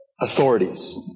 authorities